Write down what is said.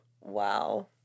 Wow